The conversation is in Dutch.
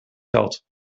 telt